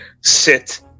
sit